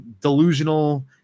delusional